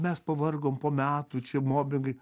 mes pavargom po metų čia mobingai